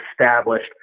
established